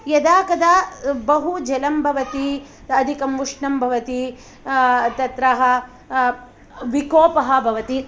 यदा कदा बहुजलं भवति अधिकं उष्णं भवति तत्र विकोपः भवति